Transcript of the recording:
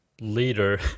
leader